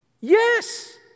Yes